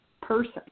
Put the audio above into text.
person